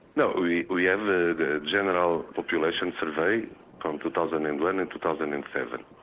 no, we we have a general population survey from two thousand and one and two thousand and seven.